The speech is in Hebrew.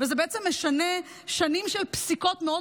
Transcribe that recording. וזה בעצם משנה שנים של פסיקות מאוד